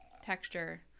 texture